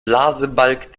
blasebalg